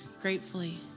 gratefully